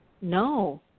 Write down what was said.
no